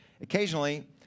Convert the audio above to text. Occasionally